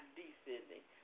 descending